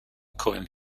kołem